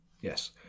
Yes